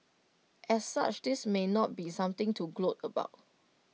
as such this may not be something to gloat about